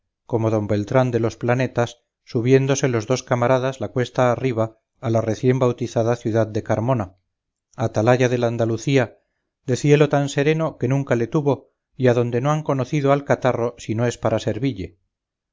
como don beltrán de los planetas subiéndose los dos camaradas la cuesta arriba a la recién bautizada ciudad de carmona atalaya del andalucía de cielo tan sereno que nunca le tuvo y adonde no han conocido al catarro si no es para serville